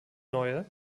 neue